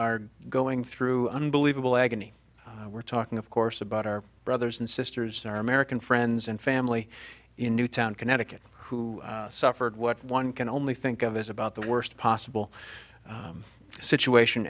are going through unbelievable agony we're talking of course about our brothers and sisters in our american friends and family in newtown connecticut who suffered what one can only think of as about the worst possible situation